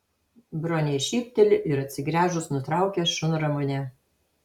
bronė šypteli ir atsigręžus nutraukia šunramunę